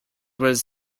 was